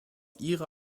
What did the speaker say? ihre